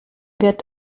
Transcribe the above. wird